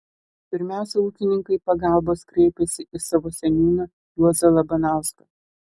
pirmiausia ūkininkai pagalbos kreipėsi į savo seniūną juozą labanauską